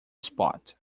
spot